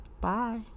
Bye